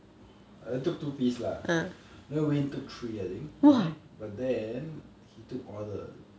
I took two piece lah then wayne took three I think but then but then he took all the